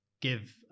give